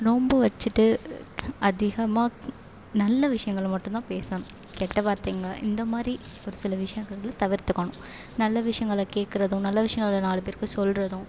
நோன்பு வச்சிட்டு அதிகமாக நல்ல விஷயங்களை மட்டும் தான் பேசணும் கெட்ட வார்த்தைங்க இந்த மாதிரி ஒரு சில விஷயங்களை வந்து தவிர்த்துக்கணும் நல்ல விஷயங்களை கேட்கறதும் நல்ல விஷயங்களை நாலு பேருக்கு சொல்கிறதும்